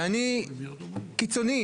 ואני קיצוני,